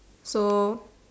so